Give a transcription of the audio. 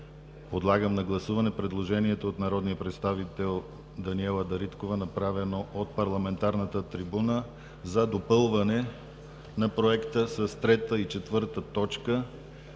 подлагам на гласуване предложението от народния представител Даниела Дариткова, направено от парламентарната трибуна, за допълване на Проекта с трета и четвърта точка.